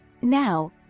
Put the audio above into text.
Now